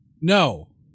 no